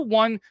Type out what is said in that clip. one